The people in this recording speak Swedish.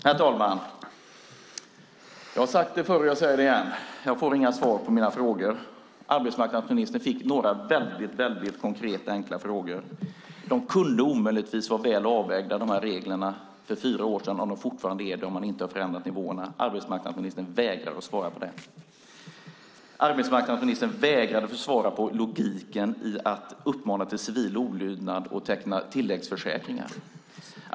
Herr talman! Jag har sagt det förut, och jag säger det igen: Jag får inga svar på mina frågor. Arbetsmarknadsministern fick några konkreta och enkla frågor. Reglerna kunde omöjligtvis vara väl avvägda för fyra år sedan om de fortfarande är det och nivåerna inte har förändrats. Arbetsmarknadsministern vägrar att svara på det. Arbetsmarknadsministern vägrade att svara på frågan om logiken i att uppmana till civil olydnad och teckna tilläggsförsäkringar.